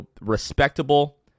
respectable